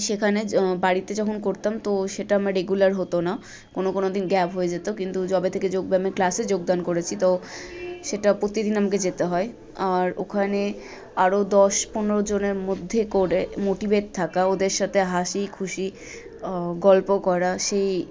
সেখানে বাড়িতে যখন করতাম তো সেটা আমার রেগুলার হতো না কোনো কোনো দিন গ্যাপ হয়ে যেত কিন্তু যবে থেকে যোগব্য়ায়ামের ক্লাসে যোগদান করেছি তো সেটা প্রতিদিন আমাকে যেতে হয় আর ওখানে আরও দশ পনেরোজনের মধ্যে করে মোটিভেট থাকা ওদের সাথে হাসি খুশি গল্প করা সেই